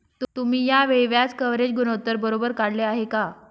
तुम्ही या वेळी व्याज कव्हरेज गुणोत्तर बरोबर काढले आहे का?